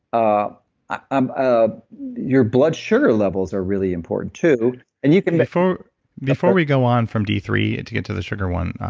ah um ah your blood sugar levels are really important too and you can before before we go on from d three to get to the sugar one,